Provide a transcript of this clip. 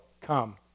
come